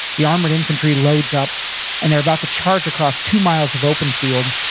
the armored infantry loads up and they're about to charge across two miles of open field,